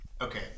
Okay